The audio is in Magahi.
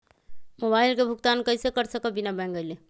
मोबाईल के भुगतान कईसे कर सकब बिना बैंक गईले?